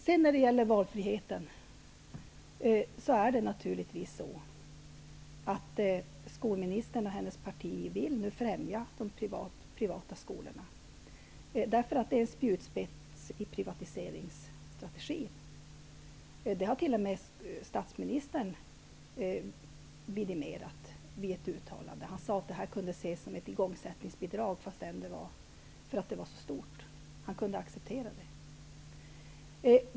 Skolministern och hennes parti vill naturligtvis främja de privata skolorna, därför att de utgör en spjutspets i privatiseringsstrategin. Det har t.o.m. statsministern vidimerat vid ett uttalande. Han sade att det här kunde ses som ett igångsättningsbidrag därför att det var så stort. Han kunde acceptera det.